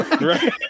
right